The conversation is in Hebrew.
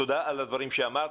תודה על הדברים שלך.